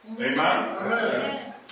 Amen